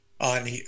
on